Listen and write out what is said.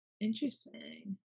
interesting